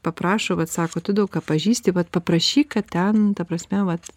paprašo vat sako tu daug ką pažįsti vat paprašyk kad ten ta prasme vat